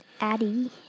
Addie